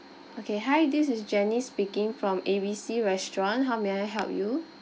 okay hi this is janice speaking from A_B_C restaurant how may I help you